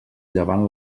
llevant